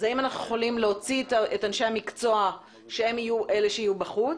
אנחנו יכולים להוציא את אנשי המקצוע שהם יהיו אלה שיהיו בחוץ.